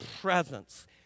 presence